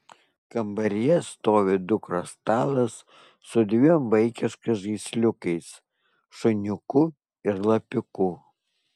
kambaryje stovi dukros stalas su dviem vaikiškais žaisliukais šuniuku ir lapiuku